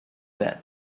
bed